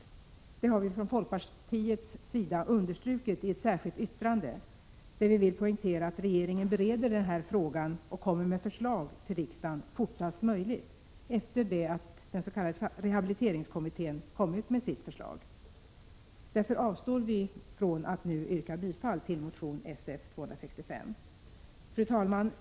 Detta har vi från folkpartiets sida understrukit i ett särskilt yttrande, där vi vill poängtera att regeringen bereder den här frågan och kommer med förslag till riksdagen fortast möjligt efter det att den s.k. rehabiliteringskommittén kommit med sitt förslag. Därför avstår vi från att nu yrka bifall till motion Sf265. Fru talman!